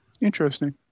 interesting